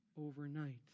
overnight